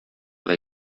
lay